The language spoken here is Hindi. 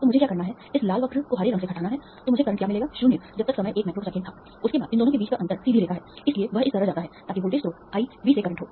तो मुझे क्या करना है इस लाल वक्र को हरे रंग से घटाना है तो मुझे करंट क्या मिलेगा 0 जब तक समय 1 माइक्रोसेकंड था उसके बाद इन दोनों के बीच का अंतर सीधी रेखा है इसलिए वह इस तरह जाता है ताकि वोल्टेज स्रोत i V से करंट हो